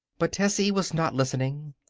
but tessie was not listening.